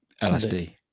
LSD